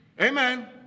amen